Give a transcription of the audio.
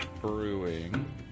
brewing